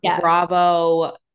Bravo